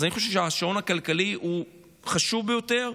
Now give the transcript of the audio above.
אז אני חושב שהשעון הכלכלי חשוב ביותר,